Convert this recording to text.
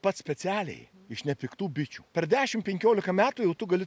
pats specialiai iš nepiktų bičių per dešim penkiolika metų jau tu gali